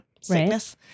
sickness